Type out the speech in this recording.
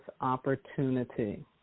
opportunity